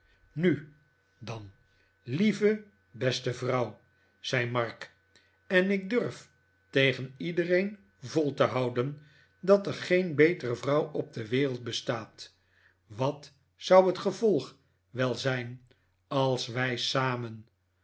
nu dan lieve beste vrouw zei mark en ik durf tegen iedereen volte houden dat er geen betere vrouw op de wereld bestaat wat zou het gevolg wel zijn als wij samen